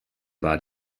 war